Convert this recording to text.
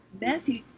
Matthew